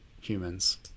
humans